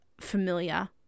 familiar